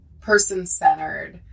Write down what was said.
person-centered